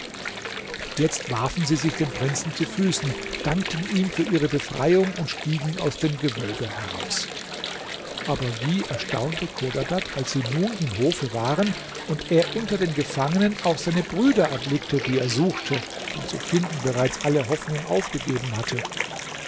jetzt warfen sie sich dem prinzen zu füßen dankten ihm für ihre befreiung und stiegen aus dem gewölbe heraus aber wie erstaunte chodadad als sie nun im hof waren und er unter den gefangenen auch seine brüder erblickte die er suchte und zu finden bereits alle hoffnung aufgegeben hatte